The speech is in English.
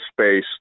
space